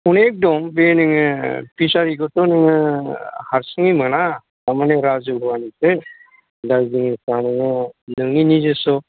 अनेक दं बे नोङो फिसारि खौथ' नोङो हारसिङै मोना तारमाने राज'हुवानिसो नोंनि निजेस्स'